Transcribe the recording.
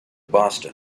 boston